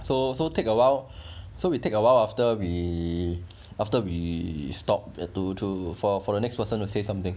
so so take awhile so we take awhile after we after we stop at to to for for the next person you say something